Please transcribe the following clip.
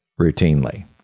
routinely